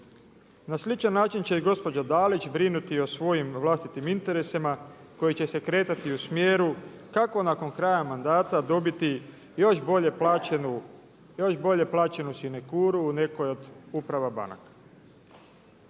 Na sličan način će i gospođa Dalić brinuti o svojim vlastitim interesima koji će se kretat u smjeru kako nakon kraja mandata dobiti još bolje plaćenu sinekuru u nekoj od uprava banaka.